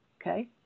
Okay